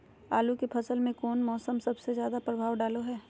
आलू के फसल में कौन मौसम सबसे ज्यादा प्रभाव डालो हय?